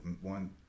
one